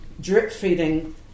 drip-feeding